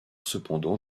cependant